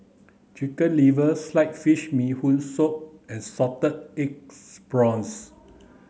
chicken liver sliced fish bee hoon soup and salted eggs prawns